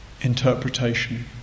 interpretation